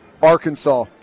Arkansas